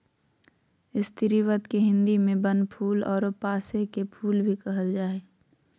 स्रीवत के हिंदी में बनफूल आरो पांसे के फुल भी कहल जा हइ